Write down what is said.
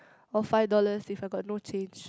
or five dollars if I got no change